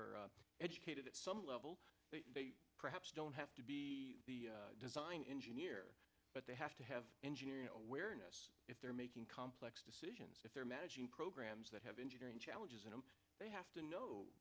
are educated at some level perhaps don't have to be the design engineer but they have to have engineering awareness if they're making complex decisions they're managing programs that have engineering challenges and they have to know